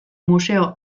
museo